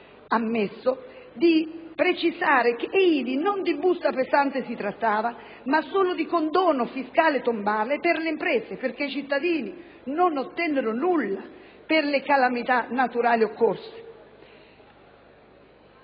ammesso - di precisare che ivi non di busta pesante si trattava, ma solo di condono fiscale tombale per le imprese, perché i cittadini non ottennero nulla per le calamità naturali occorse.